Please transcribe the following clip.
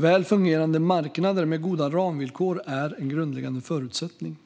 Väl fungerande marknader med goda ramvillkor är en grundläggande förutsättning.